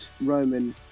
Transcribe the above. Roman